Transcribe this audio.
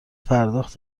پرداخت